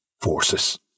forces